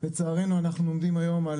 לצערנו אנחנו עומדים היום,